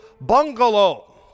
Bungalow